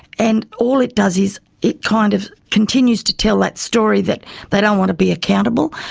and all it does is it kind of continues to tell that story that they don't want to be accountable.